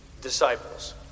disciples